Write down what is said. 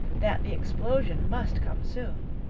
that the explosion must come soon.